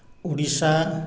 Odisha